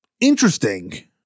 interesting